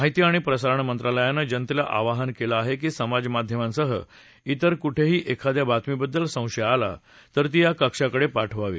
माहिती आणि प्रसारण मंत्रालयानं जनतेला आवाहन केलं आहे की समाजमाध्यमांसह त्वेर कुठेही एखाद्या बातमीबद्दल संशय आला तर ती या कक्षाकडे पाठवावी